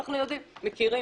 מכירים.